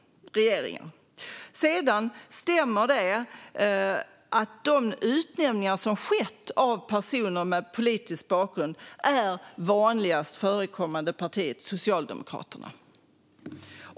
Det stämmer att bland de utnämningar som har skett av personer med politisk bakgrund är det vanligast förekommande partiet Socialdemokraterna.